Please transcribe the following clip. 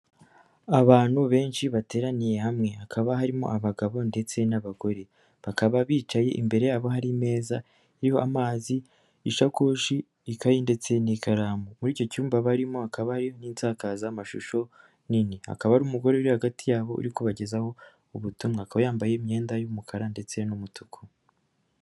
Abantu benshi bateraniye hamwe, hakaba harimo abagabo ndetse n'abagore, bakaba bicaye imbere hari imeza iriho amazi, ishakoshi, ikaye ndetse n'ikaramu, muri icyo cyumba barimo hakaba hari n'insakazamashusho nini, hakaba hari umugore uri hagati yabo uri kubagezaho ubutumwa, akaba yambaye imyenda y'umukara ndetse n'umutuku.